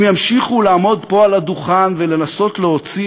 אם ימשיכו לעמוד פה על הדוכן ולנסות להוציא